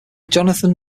jonathan